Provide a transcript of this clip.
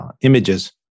images